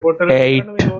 eight